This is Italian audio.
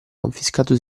confiscato